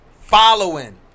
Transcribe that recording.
Following